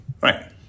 Right